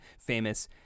famous